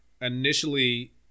Initially